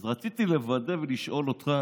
אז רציתי לוודא ולשאול אותך